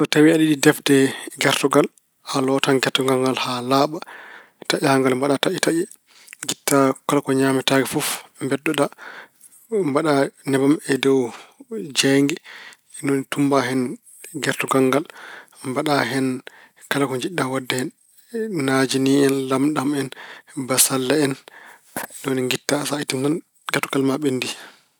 So tawi aɗa yiɗi defde gertogal, a lootan gertogal ngal a laaɓa. Taƴa ngal, mbaɗa taƴe taƴe. Ngitta kala ko ñaametaake fof, mbeddoɗaa. Mbaɗa nebam e dow jeeynge. Ni woni tummba hen gertogal ngal. Mbaɗa hen kala jiɗɗa waɗde hen, naajini en, lamɗam en, bassalle en. Ni woni ngitta. So itti tan gertogal ma ɓenndi.